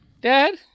Dad